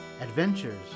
adventures